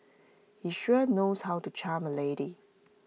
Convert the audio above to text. he sure knows how to charm A lady